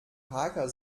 hacker